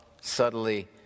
subtly